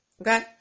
Okay